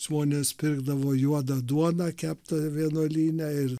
žmonės pirkdavo juodą duoną keptą vienuolyne ir